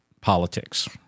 politics